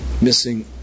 missing